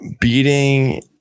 beating